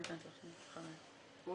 הוא